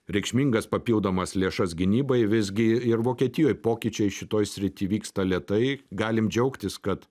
reikšmingas papildomas lėšas gynybai visgi ir vokietijoj pokyčiai šitoj srity vyksta lėtai galim džiaugtis kad